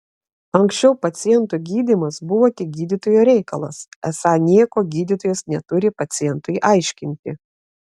anksčiau paciento gydymas buvo tik gydytojo reikalas esą nieko gydytojas neturi pacientui aiškinti